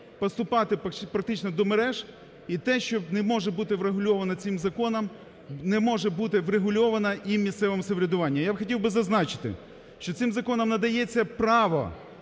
поступати практично до мереж. І те, що не може бути врегульовано цим законом, не може бути врегульовано і місцевим самоврядуванням. Я хотів би зазначити, що цим законом надається право